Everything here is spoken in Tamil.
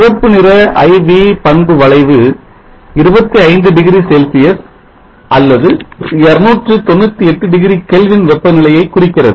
சிவப்பு நிற I V பண்பு வளைவு 25 டிகிரி செல்சியஸ் அல்லது 298 டிகிரி Kelvin வெப்ப நிலையை குறிக்கிறது